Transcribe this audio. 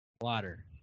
Water